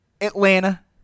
Atlanta